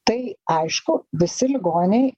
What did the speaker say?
tai aišku visi ligoniai